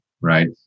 right